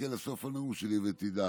תחכה לסוף הנאום שלי ותדע